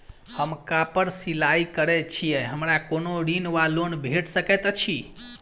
हम कापड़ सिलाई करै छीयै हमरा कोनो ऋण वा लोन भेट सकैत अछि?